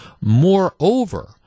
Moreover